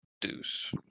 Deuce